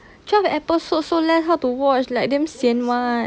twelve episode so less how to watch like damn sian [one]